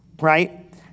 right